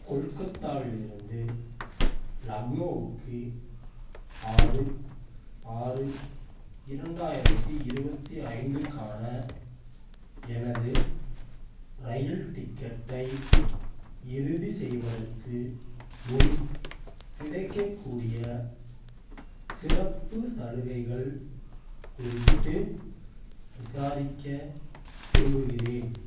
கொல்கத்தாவிலிருந்து லக்னோவுக்கு ஆறு ஆறு இரண்டாயிரத்தி இருபத்தி ஐந்துக்கான எனது ரயில் டிக்கெட்டை இறுதி செய்வதற்கு முன் கிடைக்கக்கூடிய சிறப்பு சலுகைகள் குறித்து விசாரிக்க விரும்புகிறேன்